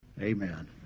Amen